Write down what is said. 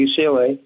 UCLA